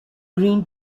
green